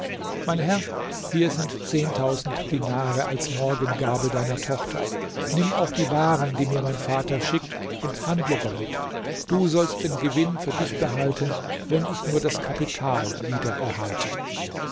mein herr hier sind zehntausend dinare als morgengabe deiner tochter nimm auch die waren die mir mein vater schickt und handle damit du sollst den gewinn für dich behalten wenn ich nur das kapital wieder erhalte